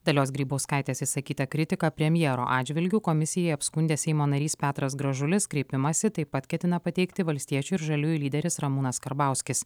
dalios grybauskaitės išsakytą kritiką premjero atžvilgiu komisijai apskundė seimo narys petras gražulis kreipimąsi taip pat ketina pateikti valstiečių ir žaliųjų lyderis ramūnas karbauskis